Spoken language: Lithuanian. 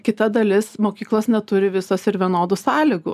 kita dalis mokyklos neturi visos ir vienodų sąlygų